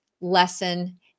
lesson